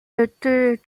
était